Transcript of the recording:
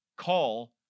Call